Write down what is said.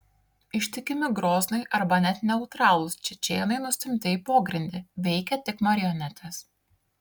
ištikimi groznui arba net neutralūs čečėnai nustumti į pogrindį veikia tik marionetės